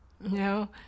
no